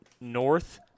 north